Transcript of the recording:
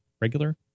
regular